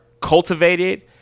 cultivated